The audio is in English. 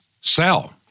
sell